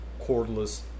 cordless